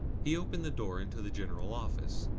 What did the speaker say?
he opened the door into the general office,